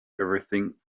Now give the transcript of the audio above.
everything